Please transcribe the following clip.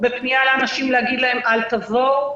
בפנייה לאנשים להגיד להם: אל תבואו,